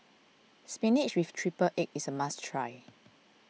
Spinach with Triple Egg is a must try